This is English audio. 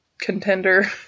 contender